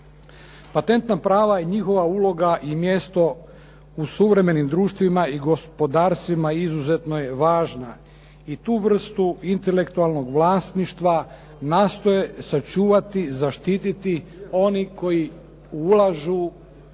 Patentna prava i njihova uloga i mjesto u suvremenim društvima i gospodarstvima izuzetno je važna i tu vrstu intelektualnog vlasništva nastoje sačuvati, zaštititi oni koji ulažu